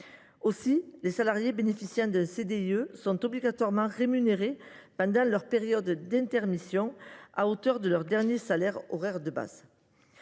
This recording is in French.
outre, les salariés bénéficiant d’un CDIE sont obligatoirement rémunérés pendant leurs périodes d’intermission, à hauteur de leur dernier salaire horaire de base.